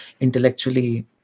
intellectually